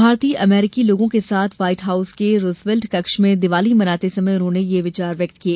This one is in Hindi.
भारतीय अमरीकी लोगों के साथ व्हाईट हाऊस के रूजवेल्ट कक्ष में दिवाली मनाते समय उन्होंने यह विचार व्यक्त किए